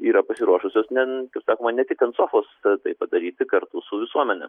yra pasiruošusios ne kaip sakoma ne tik ant sofos tai padaryti kartu su visuomene